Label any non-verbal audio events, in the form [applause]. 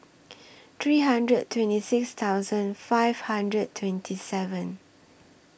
[noise] three hundred twenty six thousand five hundred twenty seven